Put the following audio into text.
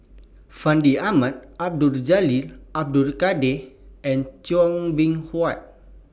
Fandi Ahmad Abdul Jalil Abdul Kadir and Chua Beng Huat